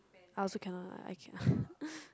I also cannot lah I cannot